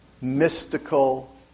mystical